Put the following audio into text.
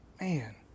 Man